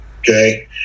Okay